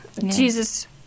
Jesus